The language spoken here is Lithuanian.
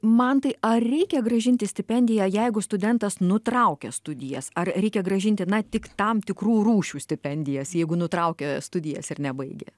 mantai ar reikia grąžinti stipendiją jeigu studentas nutraukia studijas ar reikia grąžinti na tik tam tikrų rūšių stipendijas jeigu nutraukia studijas ir nebaigia